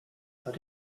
but